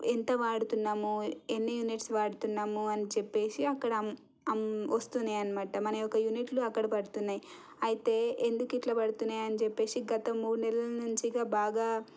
ఎంత వాడుతున్నాము ఎన్ని యూనిట్స్ వాడుతున్నాము అని చెప్పేసి అక్కడ వస్తున్నాయి అన్నమాట మన యొక్క యూనిట్లు అక్కడ పడుతున్నాయి అయితే ఎందుకు ఇట్లా పడుతున్నాయి అని చెప్పేసి గత మూడు నెలల నుంచిగా బాగా